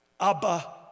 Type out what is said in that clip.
Abba